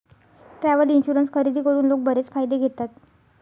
travel insurance खरेदी करून लोक बरेच फायदे घेतात